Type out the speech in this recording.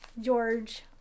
George